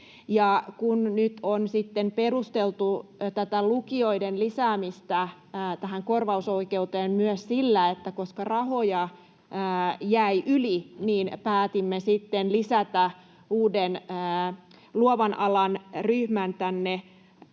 on sitten perusteltu tätä lukijoiden lisäämistä tähän korvausoikeuteen myös sillä, että koska rahoja jäi yli, päätettiin sitten lisätä uusi luovan alan ryhmä tänne